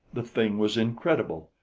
the thing was incredible.